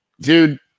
Dude